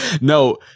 No